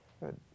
Good